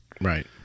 Right